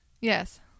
Yes